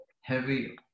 heavy